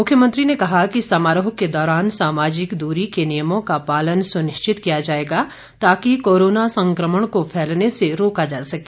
मुख्यमंत्री ने कहा कि समारोह के दौरान सामाजिक दूरी के नियमों का पालन सुनिश्चित किया जाएगा ताकि कोरोना संक्रमण को फैलने से रोका जा सके